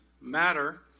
matter